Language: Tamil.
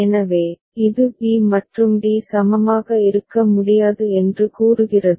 எனவே இது b மற்றும் d சமமாக இருக்க முடியாது என்று கூறுகிறது